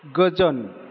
गोजोन